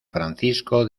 francisco